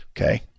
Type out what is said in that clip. Okay